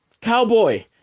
cowboy